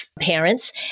parents